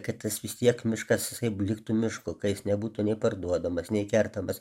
kad tas vis tiek miškas jisai liktų mišku nebūtų nei parduodamas nei kertamas